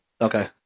Okay